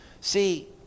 See